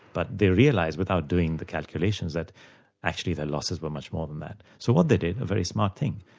but they realised, without doing the calculations, that actually their losses were much more than that. so what they did, a very smart thing,